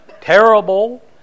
terrible